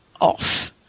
off